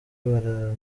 bararira